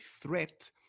threat